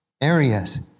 areas